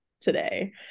today